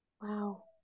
wow